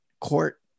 court